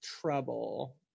trouble